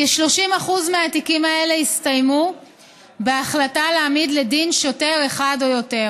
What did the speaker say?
כ-30% מהתיקים האלה הסתיימו בהחלטה להעמיד לדין שוטר אחד או יותר,